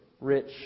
rich